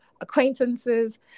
acquaintances